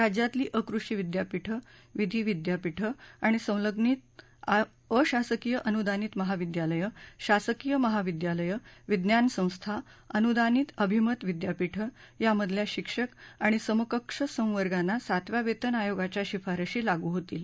राज्यातली अकृषि विद्यापीठं विधि विद्यापीठं आणि संलग्नित अशासकीय अनुदानित महाविद्यालयं शासकीय महाविद्यालयं विज्ञान संस्था अनुदानित अभिमत विद्यापीठं यामधल्या शिक्षक आणि शिक्षक समकक्ष संवर्गांना सातव्या वेतन आयोगाच्या या शिफारशी लागू होतील